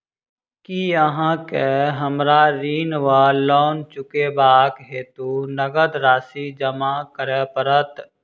की अहाँ केँ हमरा ऋण वा लोन चुकेबाक हेतु नगद राशि जमा करऽ पड़त?